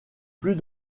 plus